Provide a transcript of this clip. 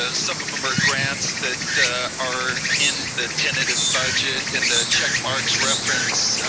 ah some of them are grants that are in the tentative budget in the check marks reference,